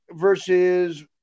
versus